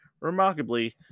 Remarkably